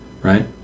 Right